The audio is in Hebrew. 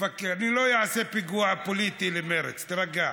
אני לא אעשה פיגוע פוליטי למרצ, תירגע.